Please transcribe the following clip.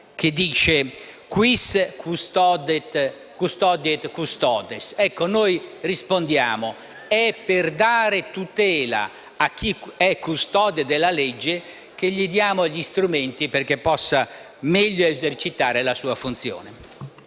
Giovenale: «*Quis custodiet ipsos custodes?».* Noi rispondiamo: è per dare tutela a chi è custode della legge che gli diamo gli strumenti perché possa meglio esercitare la sua funzione.